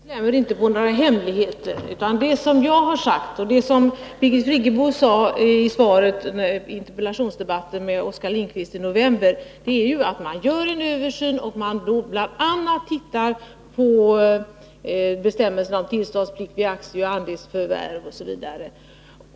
Fru talman! Vi klämmer inte på några hemligheter. Det jag har sagt och det Birgit Friggebo sade i svaret i en interpellationsdebatt med Oskar Lindkvist i november är ju att man gör en översyn och att man bl.a. ser över bestämmelserna om tillståndspliktiga aktier, om andelsförvärv osv.